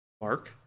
Mark